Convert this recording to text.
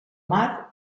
mar